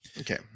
Okay